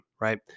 right